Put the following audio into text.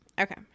Okay